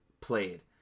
played